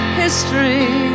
history